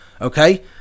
okay